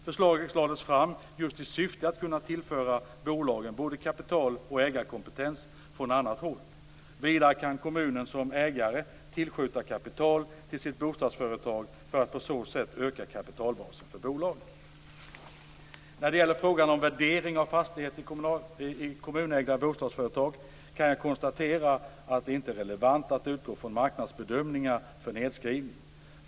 Förslaget lades fram just i syfte att kunna tillföra bolagen både kapital och ägarkompetens från annat håll. Vidare kan kommunen som ägare tillskjuta kapital till sitt bostadsföretag för att på så sätt öka kapitalbasen för bolaget. När det gäller frågan om värdering av fastigheter i kommunägda bostadsföretag kan jag konstatera att det inte är relevant att utgå från marknadsbedömningar för nedskrivning.